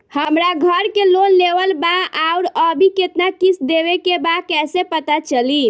हमरा घर के लोन लेवल बा आउर अभी केतना किश्त देवे के बा कैसे पता चली?